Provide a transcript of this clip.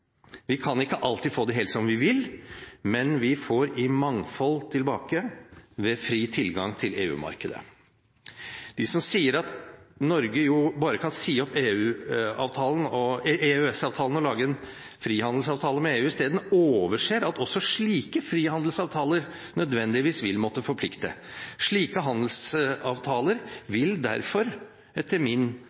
Vi kan ikke alltid få det helt som vi vil, men vi får i mangfold tilbake ved fri tilgang til EU-markedet. De som sier at Norge jo bare kan si opp EØS-avtalen og lage frihandelsavtaler med EU isteden, overser at også slike frihandelsavtaler nødvendigvis vil måtte forplikte. Slike handelsavtaler vil derfor, etter min